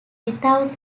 without